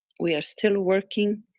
we are still working,